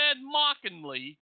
mockingly